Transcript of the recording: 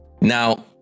Now